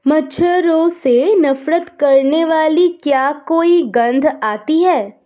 मच्छरों से नफरत करने वाली क्या कोई गंध आती है?